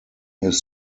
his